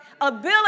ability